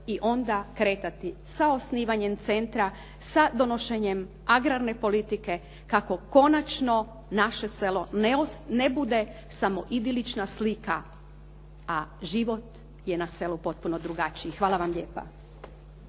i onda kretati sa osnivanjem centra, sa donošenjem agrarne politike, kako konačno naše selo ne bude samo idilična slika, a život je na selu potpuno drugačiji. Hvala vam lijepa.